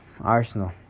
Arsenal